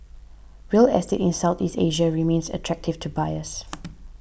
real estate in Southeast Asia remains attractive to buyers